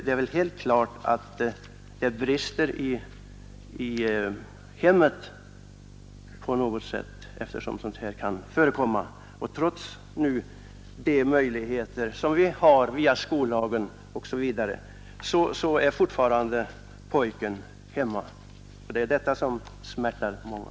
Det är väl ändå helt klart att det brister i hemmet på något sätt när sådant här kan förekomma. Trots de möjligheter som bl.a. skollagen för närvarande ger är pojken fortfarande hemma, Det är detta som smärtar många.